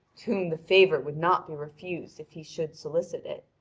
to whom the favour would not be refused if he should solicit it,